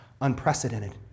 unprecedented